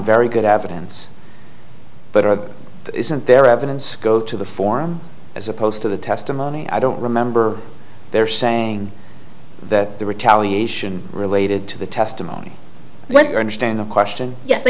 very good evidence but isn't there evidence go to the form as opposed to the testimony i don't remember they're saying that the retaliation related to the testimony went to understand the question yes